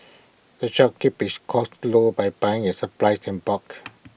the shop keeps its costs low by buying its supplies in bulk